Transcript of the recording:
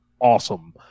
awesome